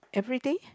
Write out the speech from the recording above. everything